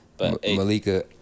Malika